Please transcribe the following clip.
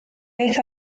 beth